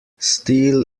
steel